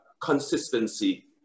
consistency